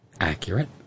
accurate